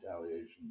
retaliation